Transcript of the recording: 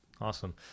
awesome